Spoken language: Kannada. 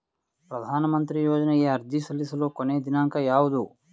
ಪ್ರಧಾನ ಮಂತ್ರಿ ಯೋಜನೆಗೆ ಅರ್ಜಿ ಸಲ್ಲಿಸಲು ಕೊನೆಯ ದಿನಾಂಕ ಯಾವದು?